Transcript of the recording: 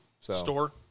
Store